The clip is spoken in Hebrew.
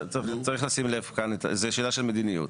צריך לשים לב כאן, זו שאלה של מדיניות.